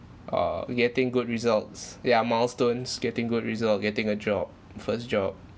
err getting good results ya milestones getting good result getting a job first job